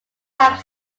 have